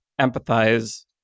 empathize